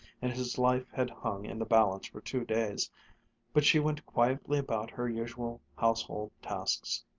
and his life had hung in the balance for two days but she went quietly about her usual household tasks.